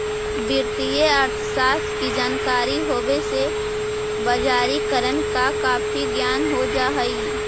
वित्तीय अर्थशास्त्र की जानकारी होवे से बजारिकरण का काफी ज्ञान हो जा हई